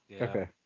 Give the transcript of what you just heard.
Okay